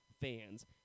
fans